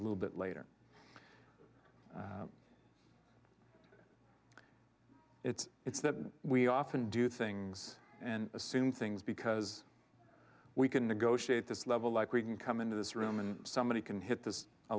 a little bit later it's it's that we often do things and assume things because we can negotiate this level like we can come into this room and somebody can hit this a